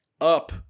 up